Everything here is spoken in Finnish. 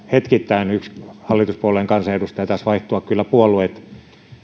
hetkittäin yksi hallituspuolueen kansanedustaja taisivat vaihtua kyllä puolueet